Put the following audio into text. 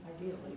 ideally